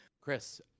Chris